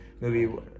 movie